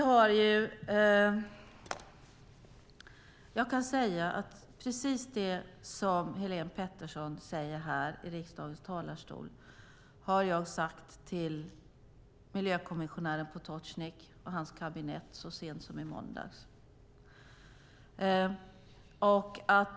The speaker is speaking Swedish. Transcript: Herr talman! Precis det som Helén Pettersson säger här i riksdagens talarstol har jag sagt till miljökommissionären Potocnik och hans kabinett så sent som i måndags.